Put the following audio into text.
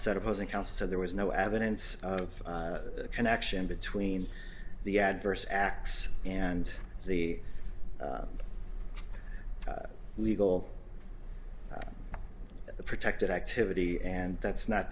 said opposing counsel so there was no evidence of a connection between the adverse acts and the legal protected activity and that's not